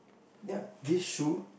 ya this shoe